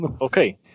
Okay